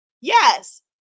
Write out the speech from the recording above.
Yes